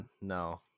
No